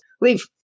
leave